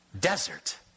desert